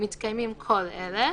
מתקיימים כל אלה,